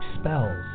spells